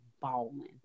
bawling